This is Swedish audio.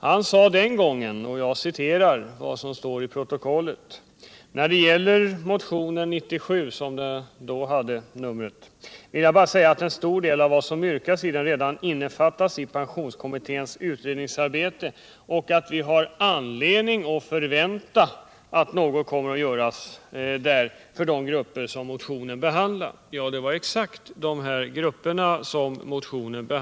Jag citerar ur protokollet vad han sade om den då aktuella motionen 97: ” När det gäller motionen nr 97 vill jag bara säga att en stor del av vad som yrkas i den redan innefattas i pensionskommitténs utredningsarbete och att vi har anledning förvänta att något kommer att göras där för de grupper som motionen behandlar.” Förra årets motion behandlade exakt samma grupper som vi nu talar om.